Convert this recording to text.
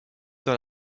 dans